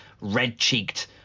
red-cheeked